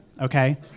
Okay